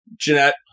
Jeanette